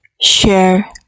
share